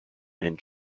and